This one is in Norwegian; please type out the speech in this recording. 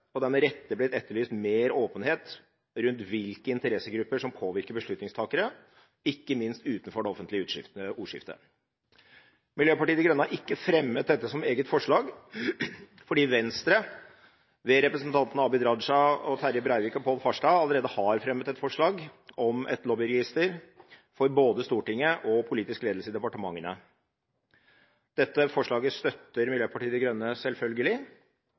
og det er med rette blitt etterlyst mer åpenhet om hvilke interessegrupper som påvirker beslutningstakere, ikke minst utenfor det offentlige ordskiftet. Miljøpartiet De Grønne har ikke fremmet dette som eget forslag, fordi Venstre ved representantene Abid Raja, Terje Breivik og Pål Farstad allerede har fremmet et forslag om et lobbyregister for både Stortinget og politisk ledelse i departementene. Dette forslaget støtter Miljøpartiet De Grønne selvfølgelig,